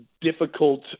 difficult